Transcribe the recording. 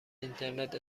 اینترنت